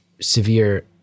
severe